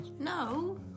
No